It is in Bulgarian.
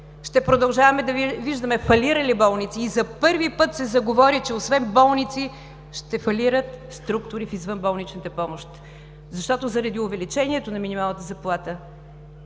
ще продължаваме да виждаме фалирали болници. За първи път се заговори, че освен болници, ще фалират структури в извънболничната помощ! Защото заради увеличението на минималната заплата,